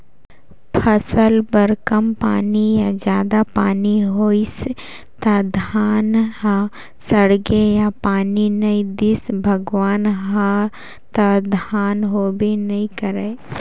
फसल बर कम पानी या जादा पानी होइस त धान ह सड़गे या पानी नइ दिस भगवान ह त धान होबे नइ करय